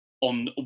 on